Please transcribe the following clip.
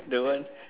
the one